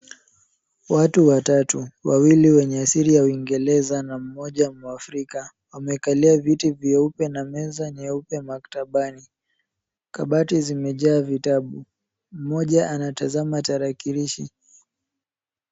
Watu watatu, wawili wenye asili ya uingereza na mmoja mwafrika wamekalia viti vyeupe na meza nyeupe maktabani. Kabati zimejaa vitabu. Mmoja anatazama tarakilishi.